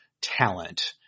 talent